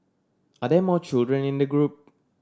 are there more children in the group